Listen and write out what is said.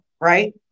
right